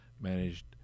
managed